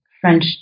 French